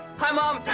hi mom.